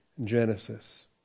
Genesis